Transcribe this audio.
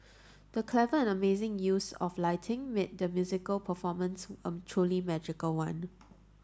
the clever and amazing use of lighting made the musical performance a truly magical one